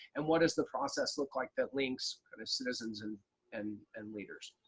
and what does the process look like that links kind of citizens and and and leaders?